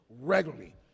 regularly